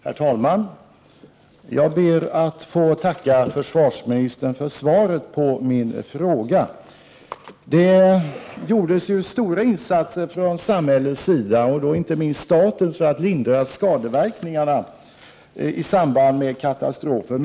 Herr talman! Jag ber att få tacka försvarsministern för svaret på min fråga. Det gjordes stora insatser från samhällets sida, inte minst från statens sida, för att lindra skadeverkningar i samband med katastrofen.